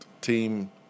team